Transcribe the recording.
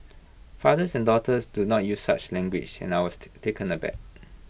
fathers and daughters do not use such language and I was taken aback